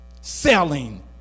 selling